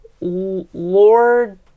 Lord